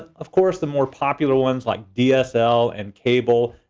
of course, the more popular ones, like dsl and cable,